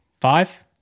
Five